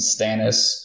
Stannis